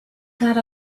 got